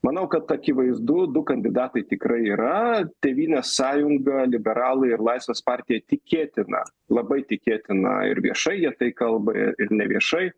manau kad akivaizd du kandidatai tikrai yra tėvynės sąjunga liberalai ir laisvės partija tikėtina labai tikėtina ir viešai jie tai kalba ir neviešai